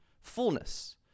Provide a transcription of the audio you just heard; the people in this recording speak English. fullness